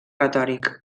retòric